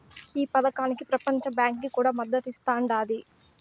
ఈ పదకానికి పెపంచ బాంకీ కూడా మద్దతిస్తాండాది